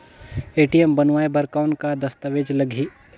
ATM बनवाय बर कौन का दस्तावेज लगही?